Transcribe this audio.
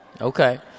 Okay